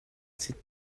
cette